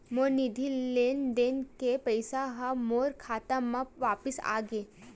मोर निधि लेन देन के पैसा हा मोर खाता मा वापिस आ गे